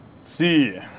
see